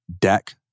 deck